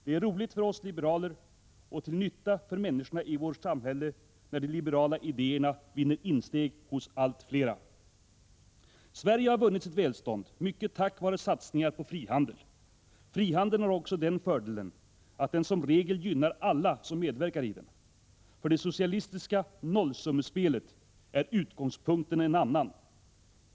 Det är roligt för oss liberaler och till nytta för människor i vårt samhälle när de liberala idéerna vinner insteg hos allt flera. Sverige har vunnit sitt välstånd mycket tack vare satsningar på frihandel. Frihandeln har också den fördelen, att den som regel gynnar alla som medverkar i den. För det socialistiska nollsummespelet är utgångspunkten en annan.